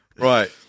Right